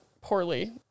poorly